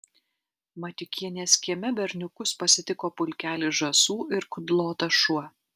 matiukienės kieme berniukus pasitiko pulkelis žąsų ir kudlotas šuo